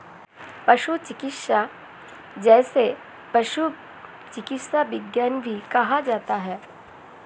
पशु चिकित्सा, जिसे पशु चिकित्सा विज्ञान भी कहा जाता है